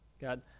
God